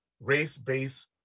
race-based